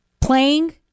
playing